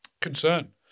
concern